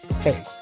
Hey